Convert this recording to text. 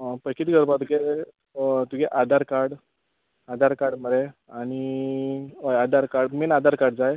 पळय कित्ल व्हरपा तुगे तुगे आदार काड आदार काड मरे आनी हय Aadhaar card main Aadhaar card जाय